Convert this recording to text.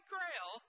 Grail